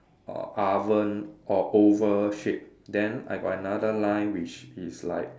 a oven or oval shape then I got another line which is like